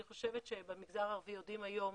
אני חושבת שבמגזר הערבי יודעים היום